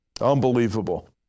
unbelievable